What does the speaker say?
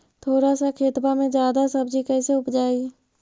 थोड़ा सा खेतबा में जादा सब्ज़ी कैसे उपजाई?